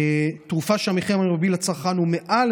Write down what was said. ועל תרופה שהמחיר המרבי לצרכן הוא מעל